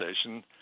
station